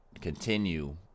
continue